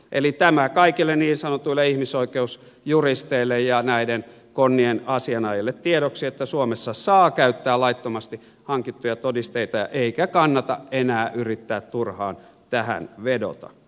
eli tämä kaikille niin sanotuille ihmisoikeusjuristeille ja näiden konnien asianajajille tiedoksi että suomessa saa käyttää laittomasti hankittuja todisteita eikä kannata enää yrittää turhaan tähän vedota